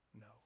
no